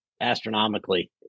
astronomically